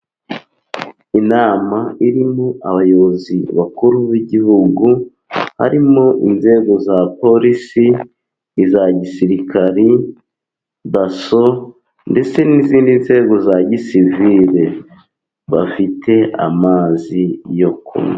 Inama irimo abayobozi bakuru b'igihugu harimo: inzego za polisi, iza gisirikari, daso ndetse n'izindi nzego za gisivire. Bafite amazi yo kunywa.